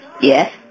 Yes